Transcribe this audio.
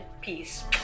Peace